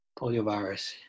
poliovirus